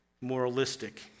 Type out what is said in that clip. moralistic